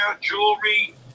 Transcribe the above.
jewelry